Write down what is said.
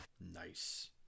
Nice